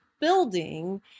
building